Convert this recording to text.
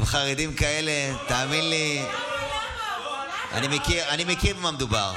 עם חרדים כאלה, תאמין לי, אני יודע במה מדובר.